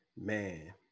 man